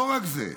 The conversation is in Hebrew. לא רק זה,